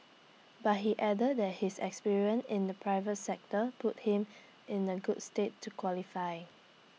but he added that his experience in the private sector puts him in A good stead to qualify